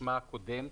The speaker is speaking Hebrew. בשמה הקודם,